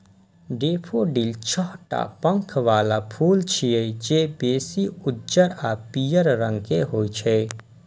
daffodil छह टा पंख बला फूल छियै, जे बेसी उज्जर आ पीयर रंग के होइ छै